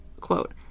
Quote